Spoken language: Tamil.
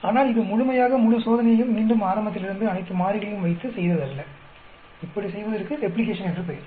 ஆனால் இது முழுமையாக முழு சோதனையையும் மீண்டும் ஆரம்பத்திலிருந்து அனைத்து மாறிகளையும் வைத்து செய்ததல்ல இப்படி செய்வதற்கு ரெப்ளிகேஷன் என்று பெயர்